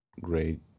great